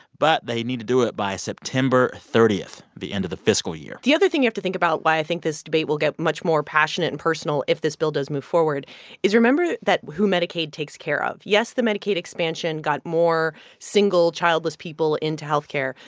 but they need to do it by september thirty the end of the fiscal year the other thing you have to think about why i think this debate will get much more passionate and personal if this bill does move forward is remember that who medicaid takes care of. yes, the medicaid expansion got more single, childless people into health care,